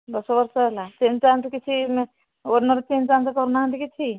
ଦଶ ବର୍ଷ ହେଲା ଚେଞ୍ଜ ଚାଞ୍ଜ କିଛି ଓନର ଚେଞ୍ଜ ଚାଞ୍ଜ କରୁନାହାନ୍ତି କିଛି